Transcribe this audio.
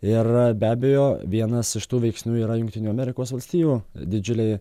ir be abejo vienas iš tų veiksnių yra jungtinių amerikos valstijų didžiuliai